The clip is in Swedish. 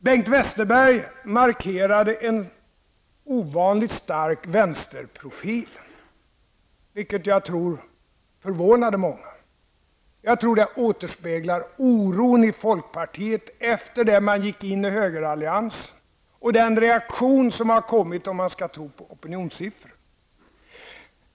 Bengt Westerberg markerade en ovanligt stark vänsterprofil, vilket jag tror förvånade många. Jag tror det återspeglar oron i folkpartiet efter det man gick in i högeralliansen och den reaktion som kommit om man skall tro på opinionssiffror.